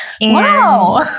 Wow